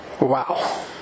Wow